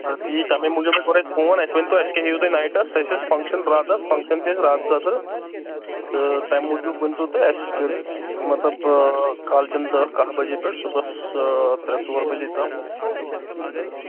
آ ٹھیٖک تَمے موٗجوٗب ہَے کوٚر اَسہِ فون اَسہِ ؤنۍ تو اَسہِ کیٛاہ ہیٚیِو تُہۍ نایٹَس اَسہِ ٲس فَنٛگشَن راتَس فنٛگشَن چھِ اَسہِ رات خٲطرٕ تہٕ تَمہِ موٗجوٗب ؤنۍ تو تُہۍ اَسہِ کٔرۍ مطلب کالچَن دہ کَہہ بَجے پٮ۪ٹھ صُبحس ترٛےٚ ژور بَجے تام تہٕ